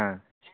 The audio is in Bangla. হ্যাঁ